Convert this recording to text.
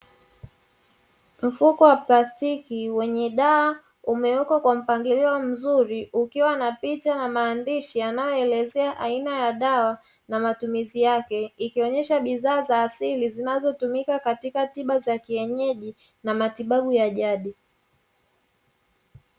Mfuko wa plastiki wenye dawa umewekwa kwa mpangilio mzuri ukiwa na picha na maandishi yanayoelezea aina ya dawa na matumizi yake, ikionyesha bidhaa za asili zinazotumika katika tiba za kienyeji na matibabu ya jadi.